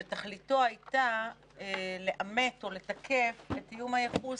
שתכליתו הייתה לאמת או לתקף את איום הייחוס.